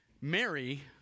Mary